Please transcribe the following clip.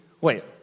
wait